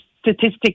statistics